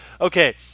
okay